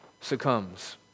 succumbs